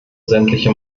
sämtliche